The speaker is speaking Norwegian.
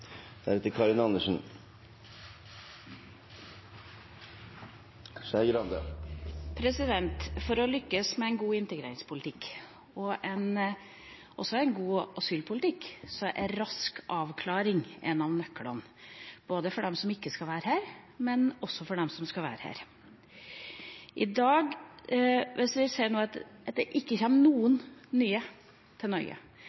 For å lykkes med en god integreringspolitikk – og også med en god asylpolitikk – er rask avklaring en av nøklene, både for dem som ikke skal være her, og for dem som skal være her. Hvis vi sier at det ikke kommer noen nye til Norge,